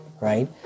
right